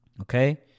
Okay